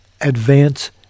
advance